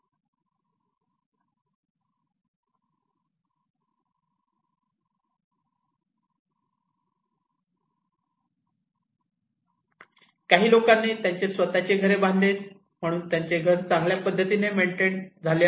काही लोकांनी काही त्यांचे स्वतःचे घरे बांधलीत म्हणून त्यांचे घर चांगल्या पद्धतीने मेंटेन झाले आहेत